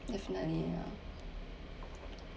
definitely ya